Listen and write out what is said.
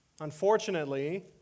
Unfortunately